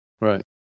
right